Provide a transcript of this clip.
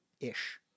ish